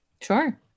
Sure